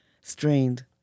strained